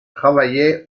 travaillait